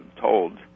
told